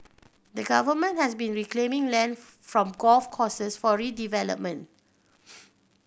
the Government has been reclaiming land from golf courses for redevelopment